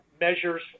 measures